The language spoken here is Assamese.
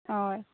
হয়